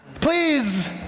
Please